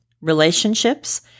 Relationships